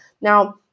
Now